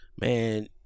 Man